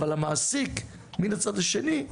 אבל המעסיק מן הצד השני,